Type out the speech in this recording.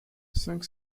cinq